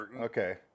Okay